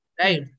Right